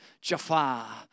Jafar